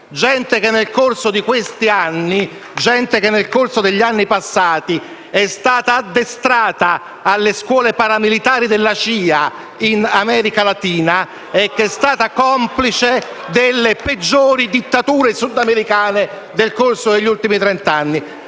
anni e nel corso degli anni passati è stata addestrata alle scuole paramilitari della CIA in America Latina *(Applausi dal Gruppo Misto)* e che è stata complice delle peggiori dittature sudamericane nel corso degli ultimi trent'anni.